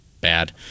bad